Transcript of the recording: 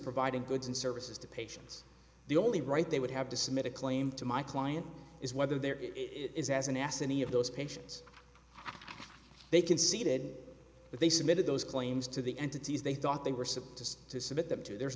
providing goods and services to patients the only right they would have to submit a claim to my client is whether there is as an ass any of those patients they conceded that they submitted those claims to the entities they thought they were supposed to submit them to there's